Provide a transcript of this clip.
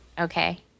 Okay